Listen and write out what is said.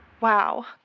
Wow